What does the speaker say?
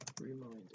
reminder